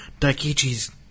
Daikichi's